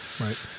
Right